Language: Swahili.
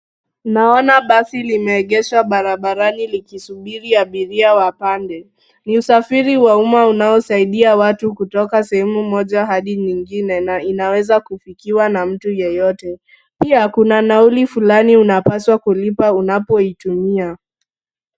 Tunaona basi limeegeshwa barabarani likisubiri abiria wapande. Ni usafiri wa umma unaosaidia watu kutoka sehemu moja hadi nyinine na inaweza kufikiwa na mtu yeyote. Pia kuna nauli fulani unapaswa kulipa unapoitumia.